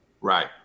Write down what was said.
Right